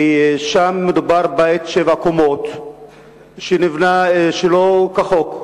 כי שם מדובר בבית של שבע קומות שנבנה שלא כחוק,